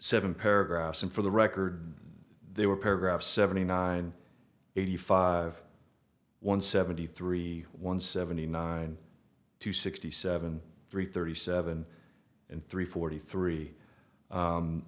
seven paragraphs and for the record there were paragraphs seventy nine eighty five one seventy three one seventy nine to sixty seven three thirty seven and three forty three